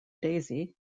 daisy